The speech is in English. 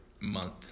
month